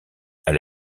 elle